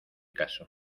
caso